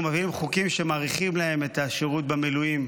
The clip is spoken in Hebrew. אנחנו מביאים חוקים שמאריכים להם את השירות במילואים,